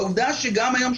העובדה שגם היום,